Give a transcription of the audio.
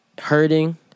hurting